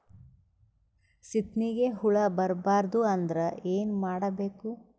ಸೀತ್ನಿಗೆ ಹುಳ ಬರ್ಬಾರ್ದು ಅಂದ್ರ ಏನ್ ಮಾಡಬೇಕು?